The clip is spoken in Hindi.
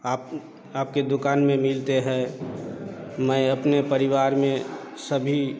आप आप के दुकान में मिलते है मैं अपने परिवार में सभी